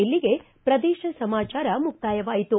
ಇಲ್ಲಿಗೆ ಪ್ರದೇಶ ಸಮಾಚಾರ ಮುಕ್ತಾಯವಾಯಿತು